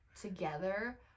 together